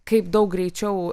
kaip daug greičiau